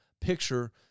picture